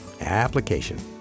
application